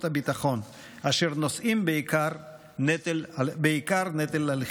הביטחון אשר נושאים בעיקר נטל הלחימה.